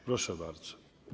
Proszę bardzo.